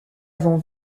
avant